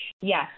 Yes